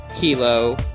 kilo